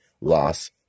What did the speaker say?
loss